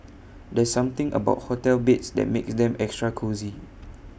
there's something about hotel beds that makes them extra cosy